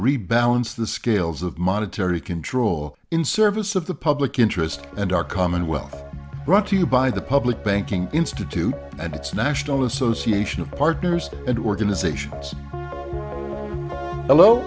rebalance the scales of monetary control in service of the public interest and our common wealth brought to you by the public banking institute and its national association of partners and organizations bel